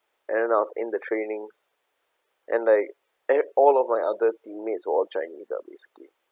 and then I was in the training and like and all of my other teammates were all chinese lah basically